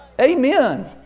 Amen